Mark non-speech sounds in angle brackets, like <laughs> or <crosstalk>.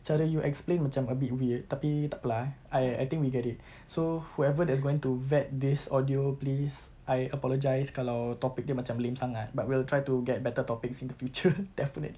cara you explain macam a bit weird tapi tak apa lah eh I I think we get it so whoever that's going to vet this audio please I apologize kalau topic dia macam lame sangat but we'll try to get better topics in the future <laughs> definitely